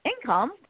income